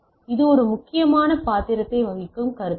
இது ஒரு முக்கியமான பாத்திரத்தை வகிக்கும் கருத்தாகும்